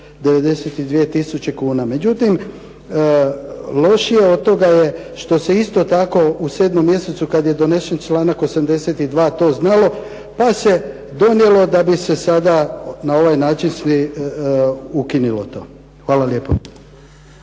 tisuće kuna, međutim lošije od toga je što se isto tako u 7 mj. kad je donesen članak 82. to znalo pa se donijelo da bi se sada na ovaj način ukinulo to. Hvala lijepo.